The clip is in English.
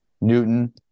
Newton